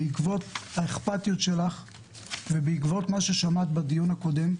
בעקבות האכפתיות שלך ובעקבות מה ששמעת בדיון הקודם,